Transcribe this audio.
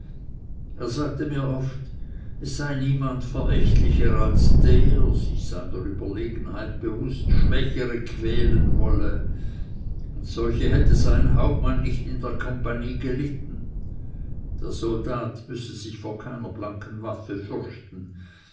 er sagte mir oft es sei niemand verächtlicher als der sich seiner überlegenheit bewußt schwächere quälen wolle solche hätte sein hauptmann nicht in der compagnie gelitten der soldat müsse sich vor keiner blanken waffe fürchten